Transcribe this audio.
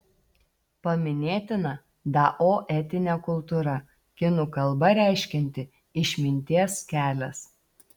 paminėtina dao etinė kultūra kinų kalba reiškianti išminties kelias